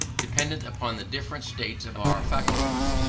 dependent upon the different states of our faculties.